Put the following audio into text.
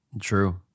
True